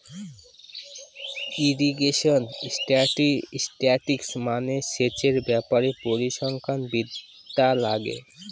irrigation statistics মানে সেচের ব্যাপারে পরিসংখ্যান বিদ্যা লাগে